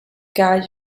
guide